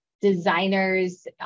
designers